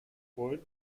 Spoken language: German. freund